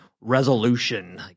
Resolution